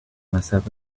myself